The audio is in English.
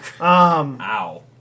Ow